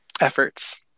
efforts